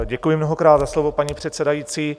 Děkuji mnohokrát za slovo, paní předsedající.